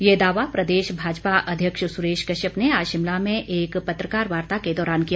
ये दावा प्रदेश भाजपा अध्यक्ष सुरेश कश्यप ने आज शिमला में एक पत्रकार वार्ता के दौरान किया